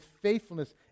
faithfulness